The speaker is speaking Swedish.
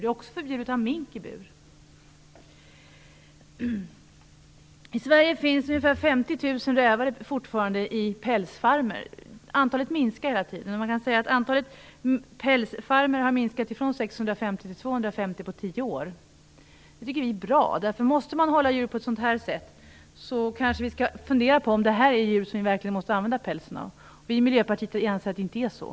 Det är där också förbjudet att ha mink i bur. I Sverige finns fortfarande ungefär 50 000 rävar på pälsfarmer. Antalet minskar fortlöpande, och antalet pälsfarmer har minskat från 650 till 250 på tio år. Vi tycker att det är bra. Måste man hålla djur på ett sådant här sätt, skall vi kanske fundera på om vi verkligen måste använda dessa djurs pälsar. Vi i Miljöpartiet anser att det inte är så.